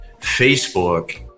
facebook